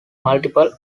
multiple